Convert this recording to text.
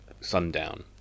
sundown